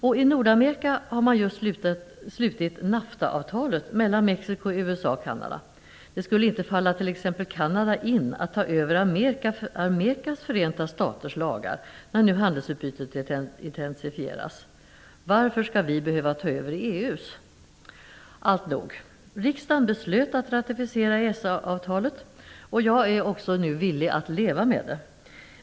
Och i Nordamerika har man just slutit NAFTA-avtalet mellan Mexiko, USA och Kanada. Det skulle inte falla t.ex. Kanada in att ta över Amerikas förenta staters lagar, när nu handelsutbytet intensifieras. Varför skall vi behöva ta över EU:s? Alltnog. Riksdagen beslöt ratificera EES-avtalet, och jag är nu villig att leva med det.